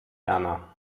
erna